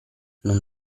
non